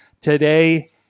Today